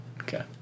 Okay